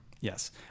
Yes